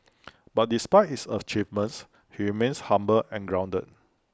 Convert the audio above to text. but despite his achievements he remains humble and grounded